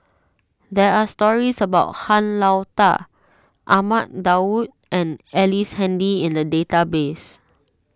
there are stories about Han Lao Da Ahmad Daud and Ellice Handy in the database